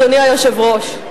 אדוני היושב-ראש.